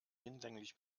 hinlänglich